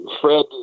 Fred